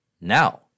now